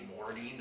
morning